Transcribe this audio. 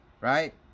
Right